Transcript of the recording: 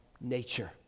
nature